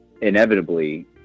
Inevitably